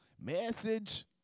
message